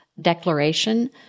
declaration